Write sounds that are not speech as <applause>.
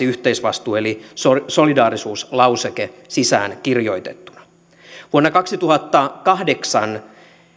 <unintelligible> yhteisvastuu eli solidaarisuuslauseke sisäänkirjoitettuna vuonna kaksituhattakahdeksan